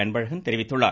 அன்பழகன் தெரிவித்துள்ளார்